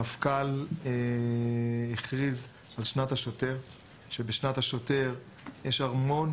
המפכ"ל הכריז על שנת השוטר בה יש המון